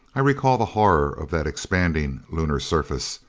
i recall the horror of that expanding lunar surface.